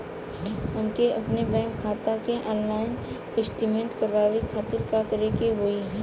हमके अपने बैंक खाता के ऑनलाइन सिस्टम करवावे के खातिर का करे के होई?